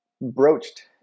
broached